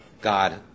God